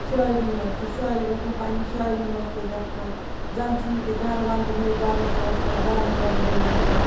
شاعری منٛز تہِ شاعر اوسمُت پننہِ شاعری منٛز تہِ لیٚکھان زَنہٕ چھِ یہِ تہِ گَھرٕ وَنٛدٕ ہے گھرٕ ساسا بَرٕ نیرٕ ہے نہٕ زانٛہہ